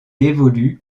évolue